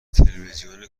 تلوزیون